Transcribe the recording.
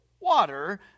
water